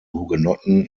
hugenotten